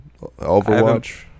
Overwatch